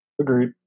Agreed